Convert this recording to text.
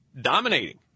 dominating